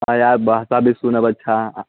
हँ आयब भाषा भी सुनब अच्छा